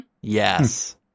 Yes